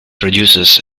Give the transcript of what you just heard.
produces